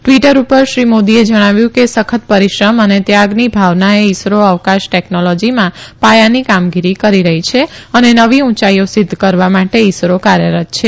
Twitter પર શ્રી મોદીએ જણાવ્યું કે સખ્ત પરીશ્રમ અને ત્યાગની ભાવનાએ ઈસરો અવકાશ ટેકનોલોજીમાં પાયાની કામગીરી કરી રહી છે અને નવી ંઉંચાઈઓ સિધ્ધ કરવા માટે ઈસરો કાર્યરત છે